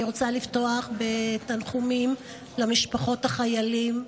אני רוצה לפתוח בתנחומים למשפחות החיילים,